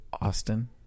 Austin